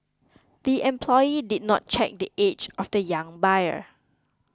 the employee did not check the age of the young buyer